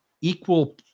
equal